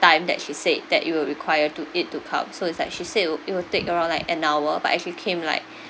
time that she said that it'll required to it to come so it's like she said it'll it'll take around like an hour but actually came like